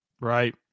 Right